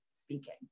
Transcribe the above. speaking